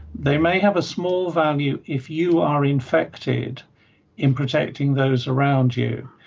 they may have a small value if you are infected in protecting those around you.